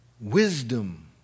wisdom